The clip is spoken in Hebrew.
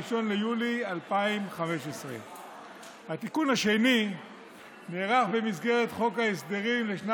ביולי 2015. התיקון השני נערך במסגרת חוק ההסדרים לשנים